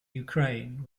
ukraine